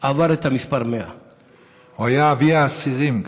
עבר את המספר 100. הוא היה אבי האסירים.